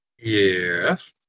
Yes